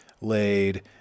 laid